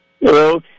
Hello